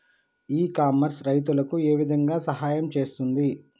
ఇ commerce రైతులకు ఏ విధంగా సహాయం చేస్తుంది?